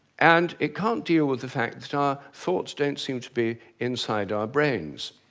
and it can't deal with the fact that our thoughts don't seem to be inside our brains.